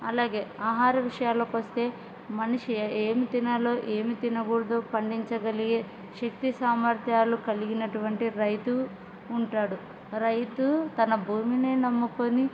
అలాగే ఆహార విషయాలకి వస్తే మనిషి ఏమి తినాలో ఏమి తినకూడదో పండించగలిగే శక్తి సామర్థ్యాలు కలిగినటువంటి రైతు ఉంటాడు రైతు తన భూమిని నమ్ముకొని